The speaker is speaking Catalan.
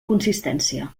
consistència